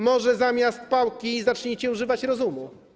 Może zamiast pałki zacznijcie używać rozumu.